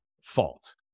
fault